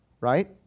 Right